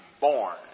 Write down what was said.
born